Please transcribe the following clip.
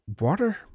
water